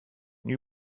new